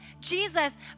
Jesus